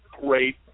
great